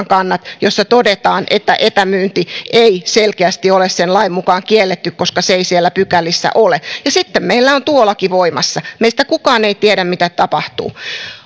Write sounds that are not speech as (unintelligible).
(unintelligible) kannat joissa todetaan että etämyynti ei selkeästi ole sen lain mukaan kielletty koska se ei siellä pykälissä ole sitten meillä on tuo laki voimassa meistä kukaan ei tiedä mitä tapahtuu